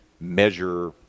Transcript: measure